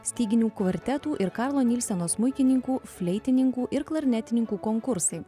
styginių kvartetų ir karlo nilseno smuikininkų fleitininkų ir klarnetininkų konkursai